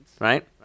right